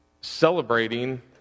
celebrating